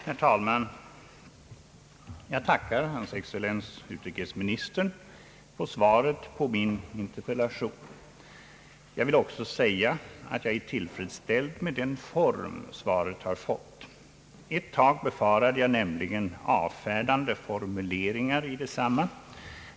Herr talman! Jag tackar hans excellens utrikesministern för svaret på min interpellation. Jag vill också säga att jag är tillfredsställd med den form svaret har fått. Ett tag befarade jag nämligen avfärdande formuleringar i detsamma.